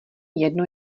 jedno